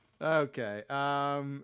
Okay